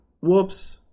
Whoops